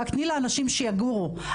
רק תני לאנשים שיגורו,